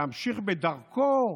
להמשיך בדרכו